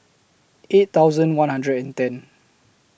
eight thousand one hundred and ten